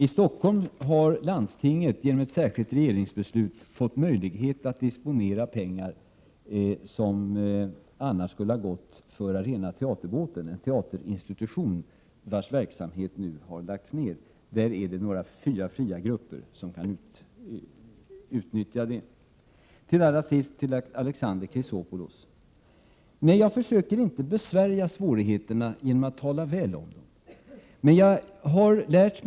I Stockholm har landstinget genom ett särskilt regeringsbeslut fått möjlighet att disponera pengar som annars skulle ha gått till Arena Teaterbåten, en teaterinstitution vars verksamhet nu har lagts ned. Där har några fria grupper kunnat utnyttja detta. Jag försöker inte besvärja svårigheterna genom att tala väl om dem, Alexander Chrisopoulous.